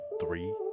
three